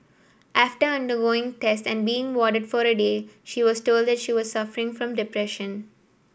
after undergoing tests and being warded for a day she was told that she was suffering from depression